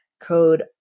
code